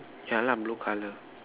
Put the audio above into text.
ya lah blue colour